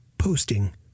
posting